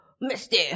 Misty